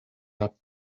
art